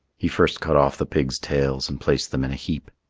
he first cut off the pigs' tails and placed them in a heap.